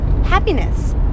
happiness